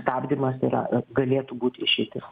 stabdymas yra galėtų būt išeitis